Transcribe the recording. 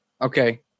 Okay